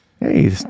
Hey